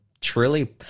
truly